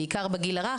בעיקר בגיל הרך,